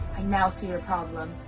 i now see your problem.